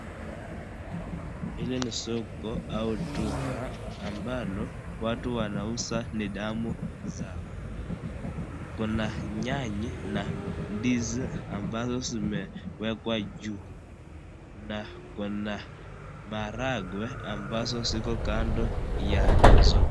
Hili ni soko au duka ambalo watu wanauza nidhamu zao, kuna nyanya na ndizi ambazo zimewekwa juu, na kuna maharagwe ambazo ziko kando yazo.